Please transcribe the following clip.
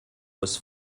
was